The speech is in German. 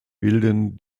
bilden